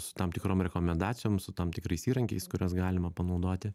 su tam tikrom rekomendacijoms su tam tikrais įrankiais kuriuos galima panaudoti